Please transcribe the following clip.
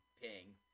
Ping